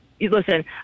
Listen